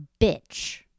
bitch